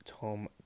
Tom